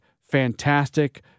fantastic